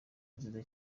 nziza